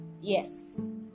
Yes